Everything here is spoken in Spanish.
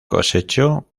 cosechó